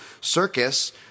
circus